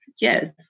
Yes